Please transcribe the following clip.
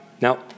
now